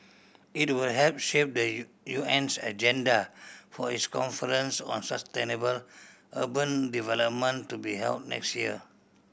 it will help shape the U UN's agenda for its conference on sustainable urban development to be held next year